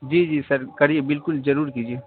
جی جی سر کریے بالکل ضرور کیجیے